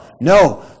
no